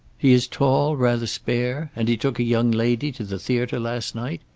he is tall, rather spare? and he took a young lady to the theater last night?